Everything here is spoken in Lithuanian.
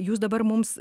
jūs dabar mums